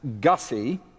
Gussie